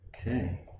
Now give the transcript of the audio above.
Okay